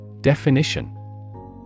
Definition